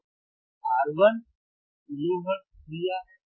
तो R1 kilohertz दिया है